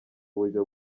uburyo